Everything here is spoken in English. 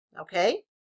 Okay